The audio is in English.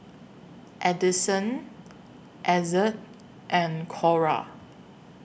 Addisyn Ezzard and Cora